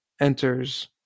enters